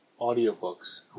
audiobooks